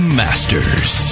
masters